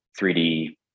3D